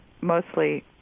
mostly